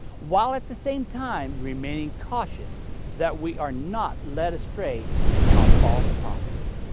while at the same time remaining cautious that we are not led astray by false prophets.